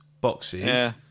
boxes